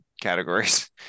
categories